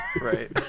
Right